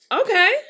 Okay